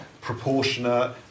proportionate